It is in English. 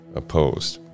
opposed